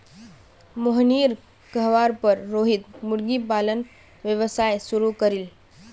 मोहिनीर कहवार पर रोहित मुर्गी पालन व्यवसाय शुरू करील